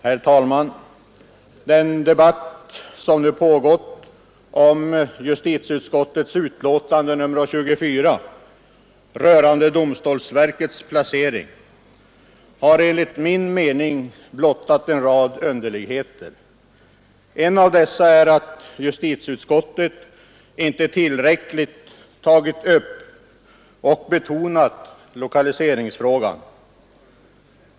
Herr talman! Den debatt som nu pågått om justitieutskottets betänkande nr 24 rörande domstolsverkets placering har enligt min mening blottat en rad underligheter. En av dessa är att justitieutskottet inte tillräckligt tagit upp och betonat lokaliseringsfrågan.